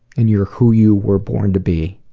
and you are who you were born to be.